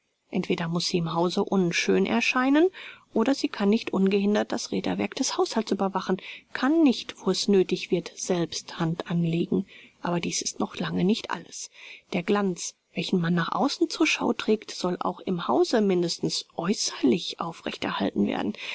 entweder muß sie im hause unschön erscheinen oder sie kann nicht ungehindert das räderwerk des haushalts überwachen kann nicht wo es nöthig wird selbst hand anlegen aber dies ist noch lange nicht alles der glanz welchen man nach außen zur schau trägt soll auch im hause mindestens äußerlich aufrecht erhalten werden